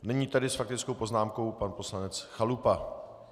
Nyní tedy s faktickou poznámkou pan poslanec Chalupa.